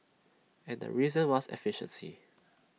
and the reason was efficiency